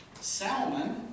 Salmon